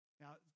Now